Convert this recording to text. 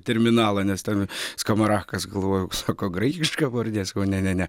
terminalą nes ten skamarakas galvojau sako graikiška pavardė sakau ne ne ne